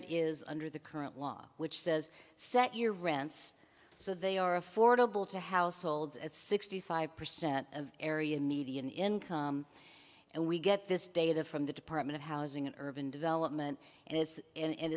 it is under the current law which says set your rents so they are affordable to households at sixty five percent of area median income and we get this data from the department of housing and urban development and it's in